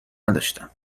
نداشتم